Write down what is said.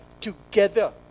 together